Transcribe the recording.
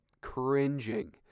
cringing